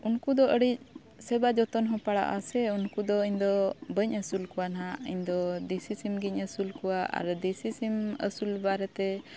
ᱩᱱᱠᱩ ᱫᱚ ᱟᱹᱰᱤ ᱥᱮᱵᱟ ᱡᱚᱛᱚᱱ ᱦᱚᱸ ᱯᱟᱲᱟᱜᱼᱟᱥᱮ ᱩᱱᱠᱩᱫᱚ ᱤᱧᱫᱚ ᱵᱟᱹᱧ ᱟᱹᱥᱩᱞ ᱠᱚᱣᱟ ᱱᱟᱦᱟᱜ ᱤᱧᱫᱚ ᱫᱮᱥᱤ ᱥᱤᱢᱜᱤᱧ ᱟᱹᱥᱩᱞ ᱠᱚᱣᱟ ᱟᱨ ᱫᱮᱥᱤ ᱥᱤᱢ ᱟᱹᱥᱩᱞ ᱵᱟᱨᱮᱛᱮ